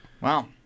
Wow